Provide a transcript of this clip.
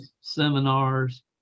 seminars